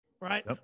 right